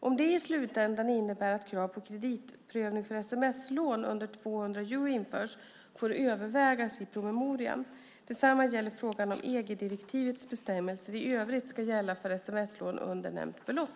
Om det i slutändan innebär att krav på kreditprövning för sms-lån under 200 euro införs får övervägas i promemorian. Detsamma gäller frågan om EG-direktivets bestämmelser i övrigt ska gälla för sms-lån under nämnt belopp.